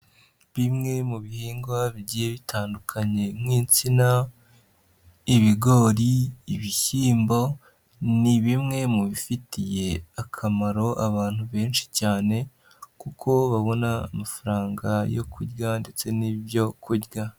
Bimwe mu bihingwa bigiye bitandukanye nk'itsina, ibigori, ibishyimbo, ni bimwe mu bifitiye akamaro abantu benshi cyane, kuko babona amafaranga yo kurya ndetse n'ibyo kurya.